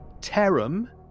Terum